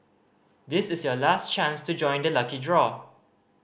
this is your last chance to join the lucky draw